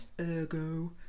Ergo